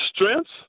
strengths